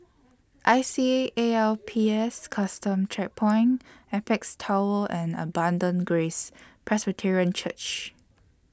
I C A A L P S Custom Checkpoint Apex Tower and Abundant Grace Presbyterian Church